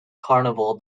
carnival